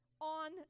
on